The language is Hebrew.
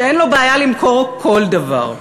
שאין לו בעיה למכור כל דבר,